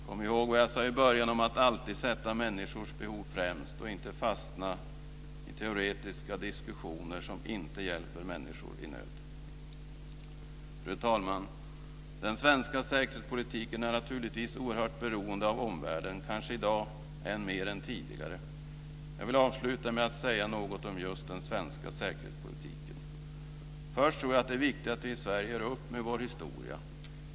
Kom ihåg vad jag sade i början om att alltid sätta människors behov främst och inte fastna i teoretiska diskussioner som inte hjälper människor i nöd. Fru talman! Den svenska säkerhetspolitiken är naturligtvis oerhört beroende av omvärlden, kanske i dag än mer än tidigare. Jag vill avsluta med att säga något om just den svenska säkerhetspolitiken. Först tror jag att det är viktigt att vi i Sverige gör upp med vår historia.